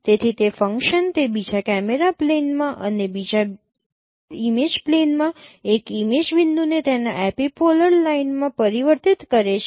તેથી તે ફંક્શન તે બીજા કેમેરા પ્લેનમાં અને બીજા ઇમેજ પ્લેનમાં એક ઇમેજ બિંદુને તેના એપિપોલર લાઇનમાં પરિવર્તિત કરે છે